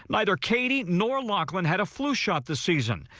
neither katie nor locklynn had a flu shot this season.